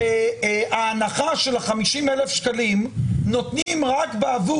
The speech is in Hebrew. ההנחה של 50,000 שקלים ניתנת רק בעבור